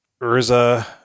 Urza